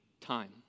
time